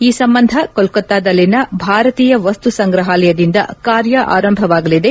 ಈ ಸಂಬಂಧ ಕೋಲ್ತತಾದಲ್ಲಿನ ಭಾರತೀಯ ವಸ್ತು ಸಂಗ್ರಹಾಲಯದಿಂದ ಕಾರ್ಯ ಆರಂಭವಾಗಲಿದೆ